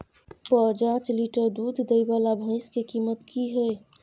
प जॉंच लीटर दूध दैय वाला भैंस के कीमत की हय?